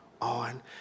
on